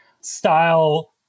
style